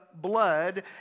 Blood